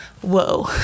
whoa